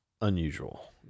unusual